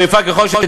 רגב,